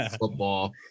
football